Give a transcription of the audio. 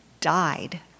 Died